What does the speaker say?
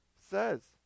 says